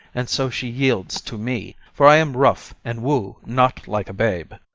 and so she yields to me for i am rough and woo not like a babe.